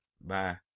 Bye